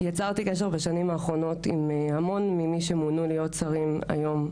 יצרתי קשר בשנים האחרונות עם הרבה ממי שמונו להיות שרים היום,